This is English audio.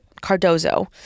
Cardozo